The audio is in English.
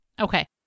Okay